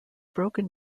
broken